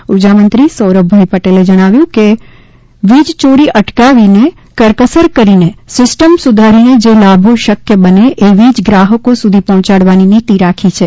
ઊર્જામંત્રી સૌરભભાઈએ જણાવ્યું કે વીજ યોરી અટકાવીને કરકસર કરીને સિસ્ટમ સુધારીને જે લાભો શક્ય બને એ વીજ ગ્રાહકો સુધી પહોંચાડવાની નીતિ રાખી છે